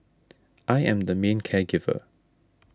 I am the main care giver